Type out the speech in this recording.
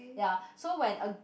ya so when a